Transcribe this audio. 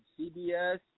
CBS